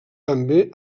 també